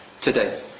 today